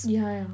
yeah yeah